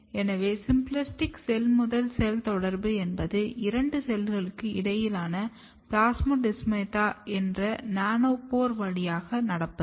எனவே symplastic cell முதல் cell தொடர்பு என்பது இரண்டு செல்களுக்கு இடையில் பிளாஸ்மோடெஸ்மாடா என்ற நானோபோர் வழியாக நடப்பது